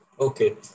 Okay